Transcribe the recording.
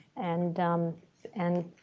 and and